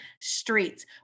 streets